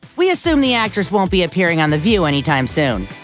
we assume the actress won't be appearing on the view anytime soon.